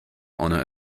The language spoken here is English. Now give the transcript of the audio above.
honor